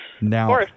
Now